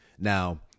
Now